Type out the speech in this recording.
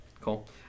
Cool